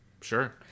Sure